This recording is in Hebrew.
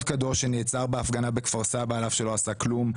קדוש שנעצר בהפגנה בכפר סבא על אף לא עשה כלום,